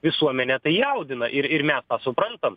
visuomenę tai jaudina ir ir mes tą suprantam